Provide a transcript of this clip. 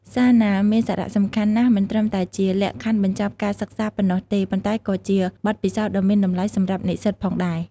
សារណាមានសារៈសំខាន់ណាស់ មិនត្រឹមតែជាលក្ខខណ្ឌបញ្ចប់ការសិក្សាប៉ុណ្ណោះទេ ប៉ុន្តែក៏ជាបទពិសោធន៍ដ៏មានតម្លៃសម្រាប់និស្សិតផងដែរ។